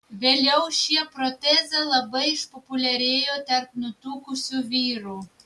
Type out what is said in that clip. vėliau šie protezai labai išpopuliarėjo tarp nutukusių vyrų